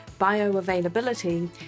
bioavailability